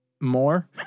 more